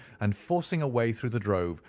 and forcing a way through the drove,